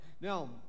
Now